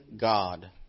God